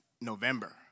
November